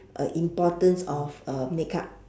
uh importance of uh makeup